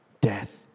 death